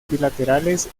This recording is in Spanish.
bilaterales